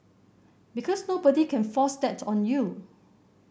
because nobody can force that on you